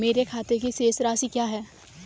मेरे खाते की शेष राशि क्या है?